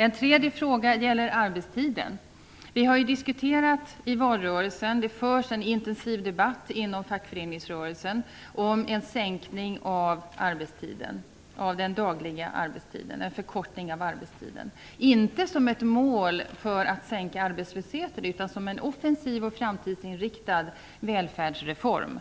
En tredje sak gäller arbetstiden. Vi har ju i valrörelsen diskuterat och det förs en intensiv debatt inom fackföreningsrörelsen om en sänkning av den dagliga arbetstiden, om en förkortning av arbetstiden - men inte som ett mål för att minska arbetslösheten utan som en offensiv och framtidsinriktad välfärdsreform.